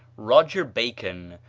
roger bacon,